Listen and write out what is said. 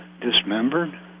dismembered